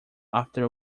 after